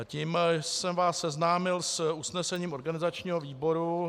Tím jsem vás seznámil s usnesením organizačního výboru.